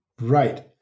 Right